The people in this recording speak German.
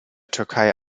türkei